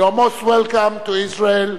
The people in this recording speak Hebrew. You are most welcome to Israel.